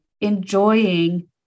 enjoying